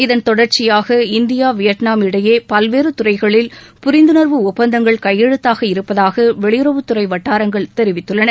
இதன் தொடர்ச்சியாக India Vietnam இடையே பல்வேறு துறைகளில் புரிந்துணர்வு ஒப்பந்தங்கள் கையெழுத்தாக இருப்பதாக வெளியுறவுத் துறை வட்டாரங்கள் தெரிவித்தன